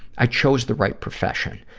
i chose the right profession.